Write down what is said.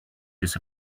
this